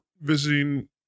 visiting